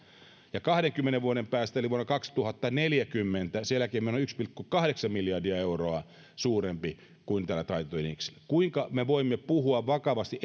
ja kahdenkymmenen vuoden päästä eli vuonna kaksituhattaneljäkymmentä eläkemeno olisi yksi pilkku kahdeksan miljardia euroa suurempi kuin tällä taitetulla indeksillä kuinka me voimme puhua vakavasti